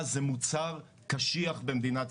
יש לנו כאן נציג של מינהל התכנון.